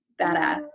badass